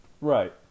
right